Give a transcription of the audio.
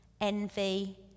envy